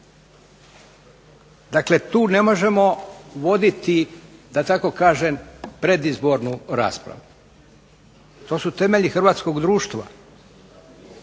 Dakle, tu ne možemo voditi da tako kažem predizbornu raspravu. To su temelji hrvatskog društva.